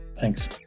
Thanks